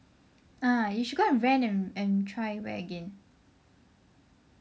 ah you should go and rent and try wear again